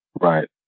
Right